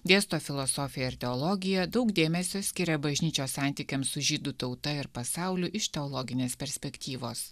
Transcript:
dėsto filosofiją ir teologiją daug dėmesio skiria bažnyčios santykiams su žydų tauta ir pasauliu iš teologinės perspektyvos